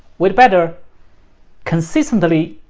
we'd better consistently